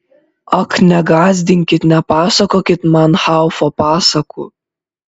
ak negąsdinkit nepasakokit man haufo pasakų